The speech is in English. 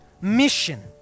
mission